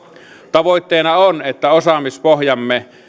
tavoitteena on että osaamispohjamme